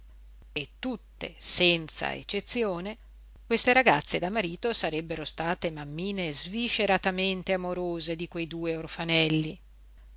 e tutte senza eccezione queste ragazze da marito sarebbero state mammine svisceratamente amorose di quei due orfanelli